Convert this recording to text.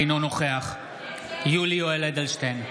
אינו נוכח יולי יואל אדלשטיין,